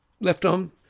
left-arm